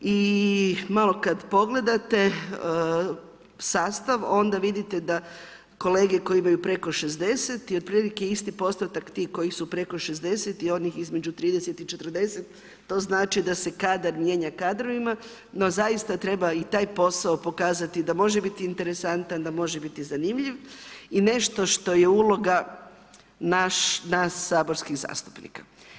I malo kada pogledate sastav onda vidite da kolege koje imaju preko 60 i otprilike isti postotak tih koji su preko 60 i onih između 30 i 40 to znači da se kadar mijenja kadrovima, no zaista treba i taj posao pokazati da može biti interesantan, da može biti zanimljiv i nešto što je uloga nas saborskih zastupnika.